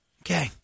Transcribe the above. Okay